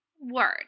word